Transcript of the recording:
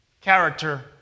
Character